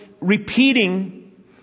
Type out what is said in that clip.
repeating